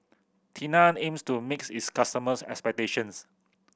Tena aims to mix its customers' expectations